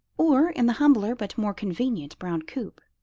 or in the humbler but more convenient brown coupe.